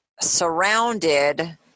Surrounded